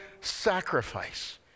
sacrifice